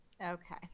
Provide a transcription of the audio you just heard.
Okay